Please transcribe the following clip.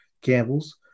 gambles